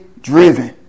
driven